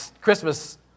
Christmas